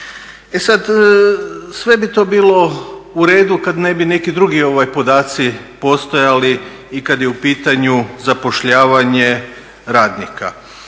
E sada, sve bi to bilo u redu kad ne bi neki drugi podaci postojali i kad je u pitanju zapošljavanje radnika.